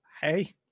Hey